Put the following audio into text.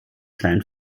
klein